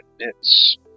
admits